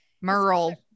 Merle